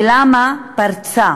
למה פרצה